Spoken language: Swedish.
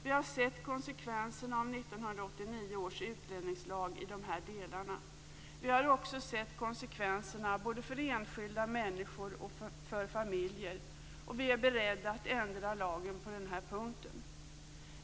Vi har sett konsekvenserna av 1989 års utlänningslag i de här delarna. Vi har också sett konsekvenserna både för enskilda människor och för familjer, och vi är beredda att ändra lagen på den här punkten.